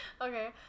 Okay